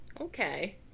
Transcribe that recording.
Okay